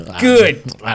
good